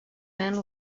man